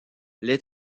les